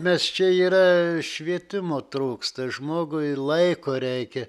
mes čia yra švietimo trūksta žmogui laiko reikia